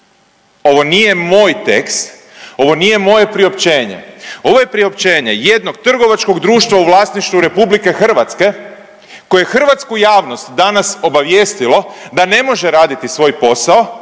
ovo nije moj tekst, ovo nije moje priopćenje. Ovo je priopćenje jednog trgovačkog društva u vlasništvu RH, koje hrvatsku javnost danas obavijestilo da ne može raditi svoj posao